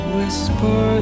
Whisper